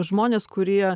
žmones kurie